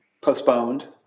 postponed